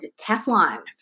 Teflon